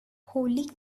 holly